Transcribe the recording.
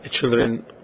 children